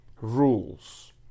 rules